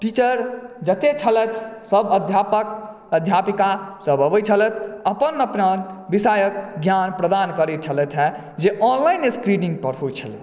teacher जते छलैथ सब अध्यापक अध्यापिका सब अबै छलैथ अपना अपना विषयक ज्ञान प्रदान करै छलैथ जे ऑनलाइन स्क्रीनिंग पर होइ छलै